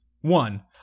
One